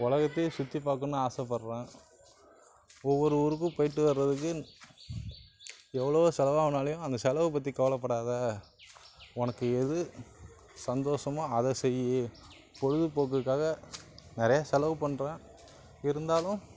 உலகத்தையே சுற்றி பார்க்கணுன் ஆசைப்பட்றன் ஒவ்வொரு ஊருக்கும் போய்ட்டு வரதுக்கு எவ்வளோ செலவானாலும் அந்த செலவை பற்றி கவலைப்படாத உனக்கு எது சந்தோஷமோ அதை செய் பொழுதுபோக்குக்காக நிறையா செலவு பண்ணுறன் இருந்தாலும்